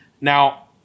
Now